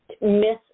miss